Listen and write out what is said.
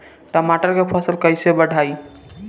टमाटर के फ़सल कैसे बढ़ाई?